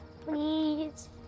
Please